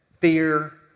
fear